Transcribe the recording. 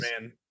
man